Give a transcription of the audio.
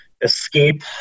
escape